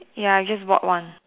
ya I just bought one